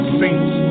saints